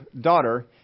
daughter